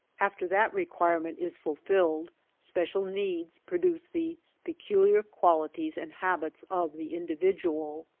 after that requirement is fulfilled special needs pro duce the peculiar qualities and habits of the in dividual.